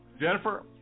Jennifer